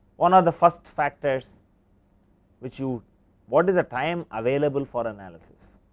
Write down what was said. one of the first factors which you what is the time available for analysis,